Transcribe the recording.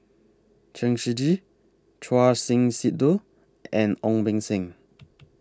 Chen Shiji Choor Singh Sidhu and Ong Beng Seng